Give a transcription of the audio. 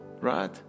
right